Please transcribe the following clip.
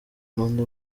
n’undi